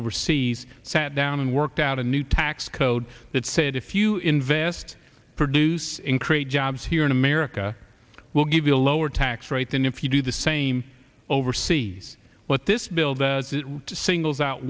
overseas sat down and worked out a new tax code that said if you invest produce and create jobs here in america we'll give you a lower tax rate than if you do the same overseas what this